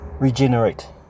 regenerate